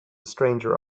stranger